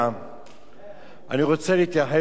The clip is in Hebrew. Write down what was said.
אני רוצה להתייחס לנושא הקודם, ברשותך.